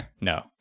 no